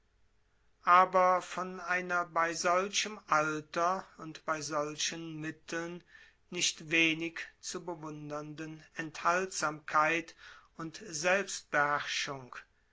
aber von einer bei solchem alter und bei solchen mitteln nicht wenig zu bewundernden enthaltsamkeit und